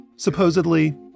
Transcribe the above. supposedly